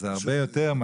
אז זה הרבה יותר.